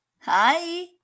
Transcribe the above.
hi